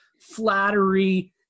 flattery